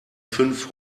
fünf